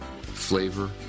flavor